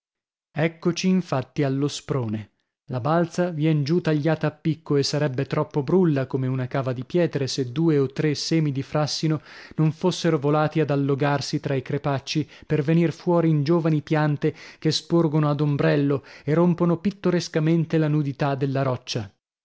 eccoci infatti allo sprone la balza vien giù tagliata a picco e sarebbe troppo brulla come una cava di pietre se due o tre semi di fràssino non fossero volati ad allogarsi tra i crepacci per venir fuori in giovani piante che sporgono ad ombrello e rompono pittorescamente la nudità della roccia